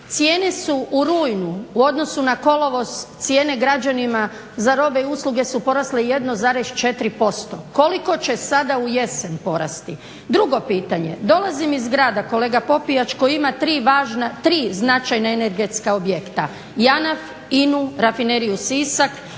Cijene su u rujnu u odnosu na kolovoz, cijene građanima za robe i usluge su porasle 1,4%. Koliko će sada u jesen porasti? Drugo pitanje, dolazim iz grada, kolega Popijač, koji ima 3 važne, 3 značajna energetska objekta, JANAF, INA-u, Rafineriju Sisak